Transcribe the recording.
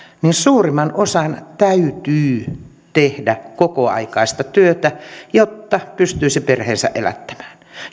niin suurimman osan täytyy tehdä kokoaikaista työtä jotta pystyisi perheensä elättämään